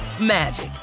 magic